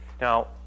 Now